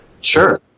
Sure